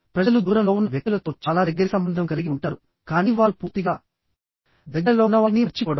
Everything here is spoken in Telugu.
ప్రజలు దూరం లో ఉన్న వ్యక్తులతో చాలా దగ్గరి సంబంధం కలిగి ఉంటారు కానీ వారు పూర్తిగా దగ్గరలో ఉన్నవారిని మర్చిపోవడం